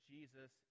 Jesus